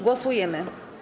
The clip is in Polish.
Głosujemy.